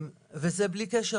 וזה בלי קשר,